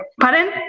pardon